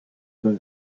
für